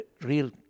real